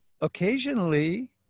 occasionally